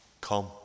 Come